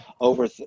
over